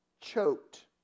choked